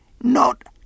Not